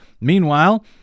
Meanwhile